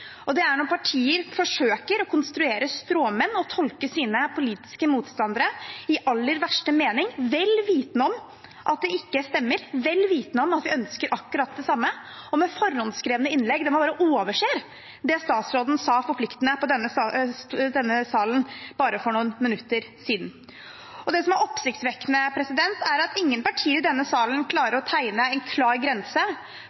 og det er når partier forsøker å konstruere stråmenn og tolker sine politiske motstandere i aller verste mening, vel vitende om at det ikke stemmer, vel vitende om at vi ønsker akkurat det samme, og med forhåndsskrevne innlegg der man bare overser det statsråden forpliktende sa i denne salen for bare noen minutter siden. Det som er oppsiktsvekkende, er at ingen partier i denne salen